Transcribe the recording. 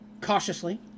cautiously